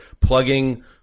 plugging